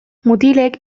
mutilek